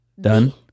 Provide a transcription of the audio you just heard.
done